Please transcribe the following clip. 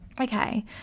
Okay